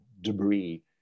debris